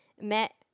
met